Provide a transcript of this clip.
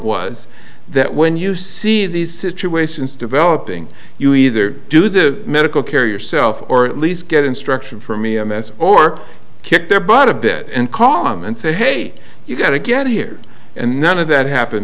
was that when you see these situations developing you either do the medical care yourself or at least get instruction from me a mess or kick their butt a bit and call mom and say hey you got to get here and none of that happened